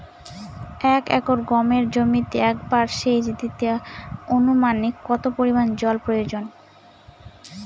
এক একর গমের জমিতে একবার শেচ দিতে অনুমানিক কত পরিমান জল প্রয়োজন?